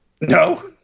No